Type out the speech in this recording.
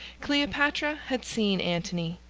cleopatra had seen antony,